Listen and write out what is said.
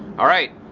alright,